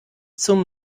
zum